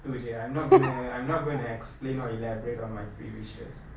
itu sahaja I'm not gonna I'm not gonna explain or elaborate on my three wishes